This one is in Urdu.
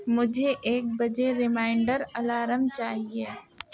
مجھے ایک بجے ریمائینڈر الارم چاہیے